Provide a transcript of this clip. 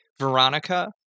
Veronica